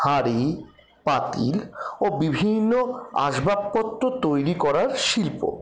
হাঁড়ি পাতিল ও বিভিন্ন আসবাবপত্র তৈরি করার শিল্প